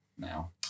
now